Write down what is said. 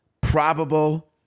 probable